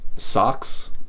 Socks